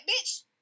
bitch